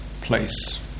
place